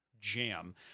jam